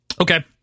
Okay